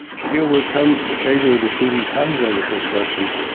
people would come occasionally to see these houses under construction.